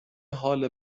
حال